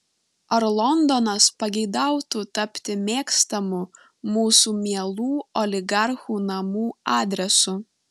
ar londonas pageidautų tapti mėgstamu mūsų mielų oligarchų namų adresu